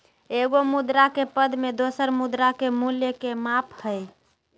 एगो मुद्रा के पद में दोसर मुद्रा के मूल्य के माप हइ